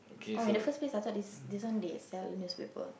oh in the first place I thought this this one they sell newspaper